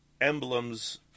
emblems